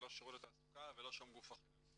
ולא שירות התעסוקה ולא שום גוף אחר.